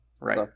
Right